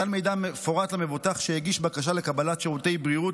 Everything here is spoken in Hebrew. מתן מידע מפורט למבוטח שהגיש בקשה לקבלת שירותי בריאות